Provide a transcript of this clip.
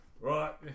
Right